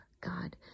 God